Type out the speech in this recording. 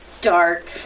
dark